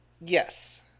Yes